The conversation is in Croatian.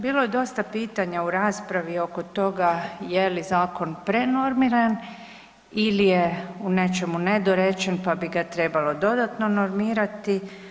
Bilo je dosta pitanja u raspravi oko toga je li zakon prenormiran ili je u nečemu nedorečen pa bi ga trebalo dodatno normirati.